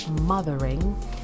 mothering